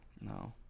No